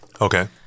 okay